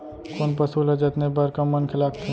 कोन पसु ल जतने बर कम मनखे लागथे?